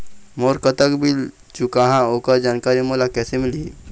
मोर कतक बिल चुकाहां ओकर जानकारी मोला कैसे मिलही?